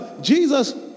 Jesus